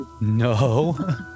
No